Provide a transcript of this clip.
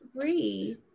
Three